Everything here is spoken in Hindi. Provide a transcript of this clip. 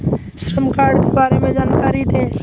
श्रम कार्ड के बारे में जानकारी दें?